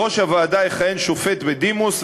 בראש הוועדה יכהן שופט בדימוס,